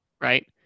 Right